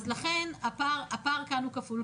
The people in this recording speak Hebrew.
אז לכן הפער כאן הוא כפול,